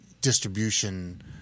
distribution